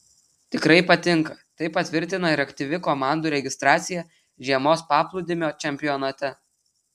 tikrai patinka tai patvirtina ir aktyvi komandų registracija žiemos paplūdimio čempionate